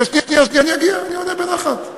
אבל זה לא,